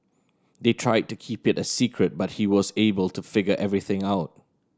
they tried to keep it a secret but he was able to figure everything out